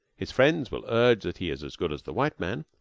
his friends will urge that he is as good as the white man.